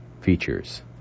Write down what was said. features